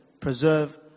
preserve